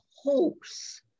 horse